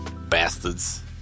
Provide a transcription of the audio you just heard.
bastards